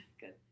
Good